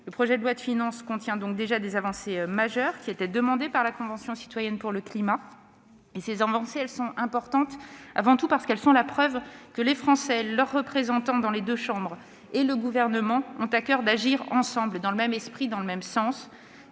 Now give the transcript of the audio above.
Le projet de loi de finances comporte donc déjà des avancées majeures, qui étaient demandées par la Convention citoyenne pour le climat. Ces avancées sont importantes, avant tout parce qu'elles sont la preuve que les Français, leurs représentants dans les deux chambres et le Gouvernement ont à coeur d'agir ensemble dans le même esprit, dans le même sens,